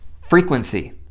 frequency